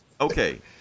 Okay